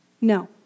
No